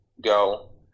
go